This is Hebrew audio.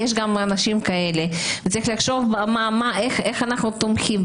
יש גם אנשים כאלה וצריך לחשוב איך אנחנו תומכים,